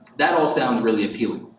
that all sounds really appealing.